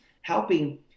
helping